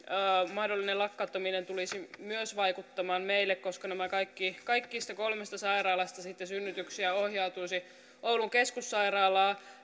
mahdollinen lakkauttaminen tulisi myös vaikuttamaan meille koska näistä kaikista kolmesta sairaalasta synnytyksiä ohjautuisi sitten oulun keskussairaalaan